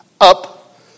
up